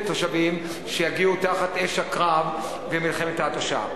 תושבים שיגיעו תחת אש הקרב במלחמת ההתשה.